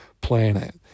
planet